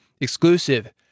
Exclusive